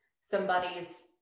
somebody's